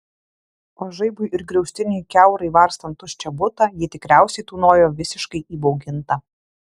o žaibui ir griaustiniui kiaurai varstant tuščią butą ji tikriausiai tūnojo visiškai įbauginta